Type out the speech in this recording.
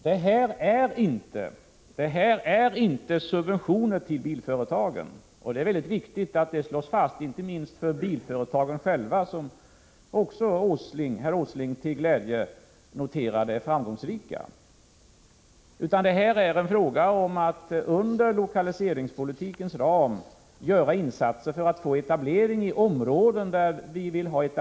Det här är inte subventioner till bilföretagen — det är mycket viktigt att detta slås fast, inte minst för bilföretagen själva, vilka herr Åsling glädjande nog noterade är framgångsrika — utan detta är en fråga om att inom lokaliseringspolitikens ram göra insatser för att få till stånd etableringar i områden där vi vill ha det.